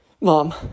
Mom